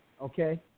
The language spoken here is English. okay